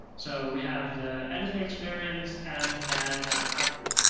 so we have the editing experience and then the output.